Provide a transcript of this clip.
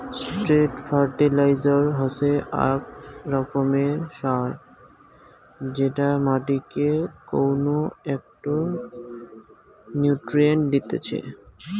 straight fertiliser হসে আক রকমের সার যেটা মাটিকে কউনো একটো নিউট্রিয়েন্ট দিতেছে